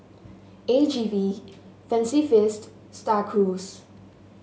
A G V Fancy Feast Star Cruise